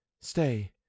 Stay